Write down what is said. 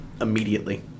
immediately